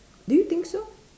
do you think so